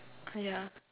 ah yeah